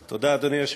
תודה, אדוני היושב-ראש,